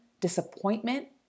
disappointment